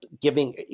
giving